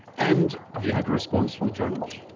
and have you had a response from the journals?